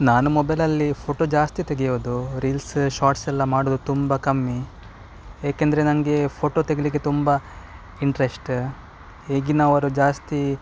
ನಾನು ಮೊಬೈಲಲ್ಲಿ ಫೋಟೋ ಜಾಸ್ತಿ ತೆಗೆಯೋದು ರೀಲ್ಸ್ ಶಾರ್ಟ್ಸೆಲ್ಲ ಮಾಡೋದು ತುಂಬ ಕಮ್ಮಿ ಏಕೆಂದರೆ ನನಗೆ ಫೋಟೋ ತೆಗೆಯಲಿಕ್ಕೆ ತುಂಬ ಇಂಟ್ರೆಸ್ಟ್ ಈಗಿನ ಅವರು ಜಾಸ್ತಿ